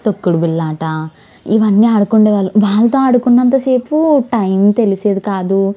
తొక్కుడు బిళ్ళ ఆట ఇవన్నీ ఆడుకునే వాళ్ళు వాళ్ళతో ఆడుకున్నంత సేపు టైమ్ తెలిసేది కాదు